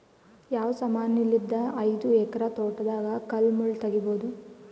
ಯಾವ ಸಮಾನಲಿದ್ದ ಐದು ಎಕರ ತೋಟದಾಗ ಕಲ್ ಮುಳ್ ತಗಿಬೊದ?